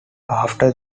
after